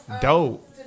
dope